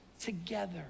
together